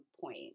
point